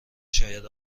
شاید